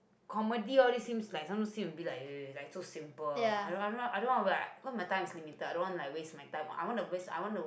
comedy all these seems like sometimes seems a bit like ugh like so simple i don't w~ i don't wann~ cause my time is limited I don't want like waste my time I want to waste I want to